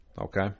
Okay